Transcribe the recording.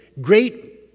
great